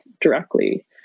directly